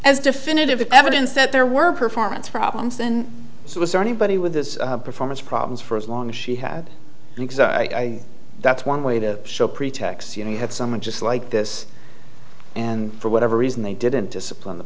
as definitive evidence that there were performance problems and so was there anybody with this performance problems for as long as she had an exact i that's one way to show pretexts you know you have someone just like this and for whatever reason they didn't